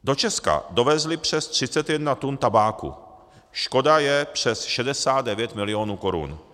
Do Česka dovezli přes 31 tun tabáku, škoda je přes 69 milionů korun.